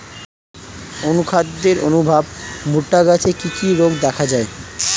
অনুখাদ্যের অভাবে ভুট্টা গাছে কি কি রোগ দেখা যায়?